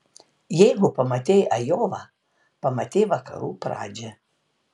jeigu pamatei ajovą pamatei vakarų pradžią